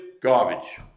garbage